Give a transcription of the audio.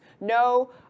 No